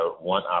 one